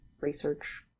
research